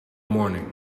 morning